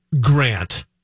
Grant